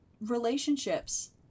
relationships